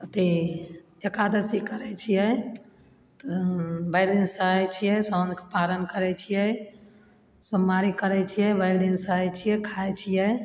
ओतय एकादशी करय छियै तऽ भरि दिन सहय छियै साँझके पारन करय छियै सोमवारी करय छियै भरि दिन सहय छियै खाय छियै